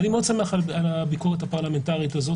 אני מאוד שמח על הביקורת הפרלמנטרית הזאת